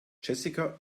jessica